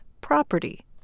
property